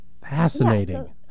Fascinating